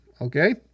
Okay